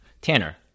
Tanner